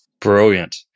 Brilliant